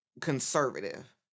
conservative